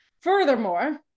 Furthermore